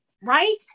Right